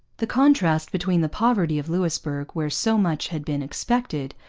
the contrast between the poverty of louisbourg, where so much had been expected,